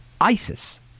ISIS